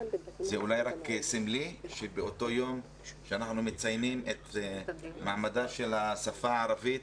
זה אולי רק סמלי שבאותו יום שאנחנו מציינים את מעמדה של השפה הערבית,